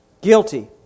Guilty